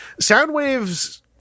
Soundwave's